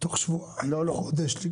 תוך שבועיים או חודש.